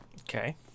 okay